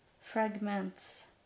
fragments